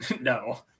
No